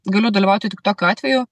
galiu dalyvauti tik tokiu atveju